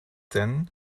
then